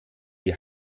die